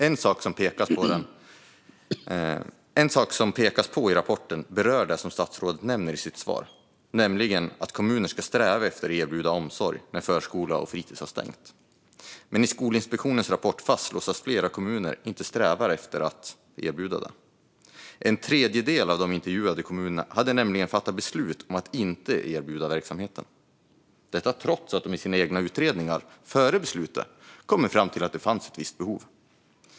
En sak som det pekas på i rapporten berör det som statsrådet nämner i sitt svar, nämligen att kommuner ska sträva efter att erbjuda omsorg när förskola och fritis har stängt. Men i Skolinspektionens rapport fastslås att flera kommuner inte strävar efter att erbjuda detta. En tredjedel av de intervjuade kommunerna hade nämligen fattat beslut om att inte erbjuda verksamheten, detta trots att de i sina egna utredningar före beslutet kommit fram till att det fanns ett visst behov.